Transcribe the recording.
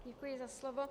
Děkuji za slovo.